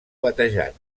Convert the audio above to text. batejat